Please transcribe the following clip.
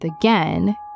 again